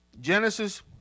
Genesis